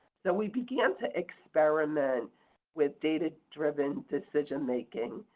so we began to experiment with data driven decision making.